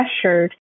pressured